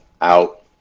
out